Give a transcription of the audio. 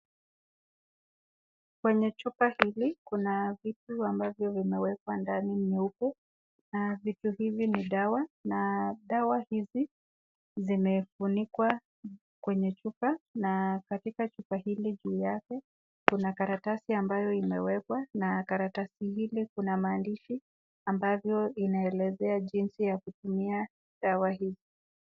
Kwenye chupa hili kuna vitu ambavyo vimewekwa ndani nyeupe na vitu hivi ni dawa na dawa hizi zimefunikwa kwenye chupa na katika chupa hili juu yake kuna karatasi ambayo imewekwa na karatasi hili kuna maandishi ambavyo inaelezea jinsi ya kutumia dawa hii.